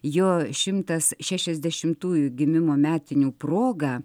jo šimtas šešiasdešimtųjų gimimo metinių proga